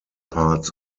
parts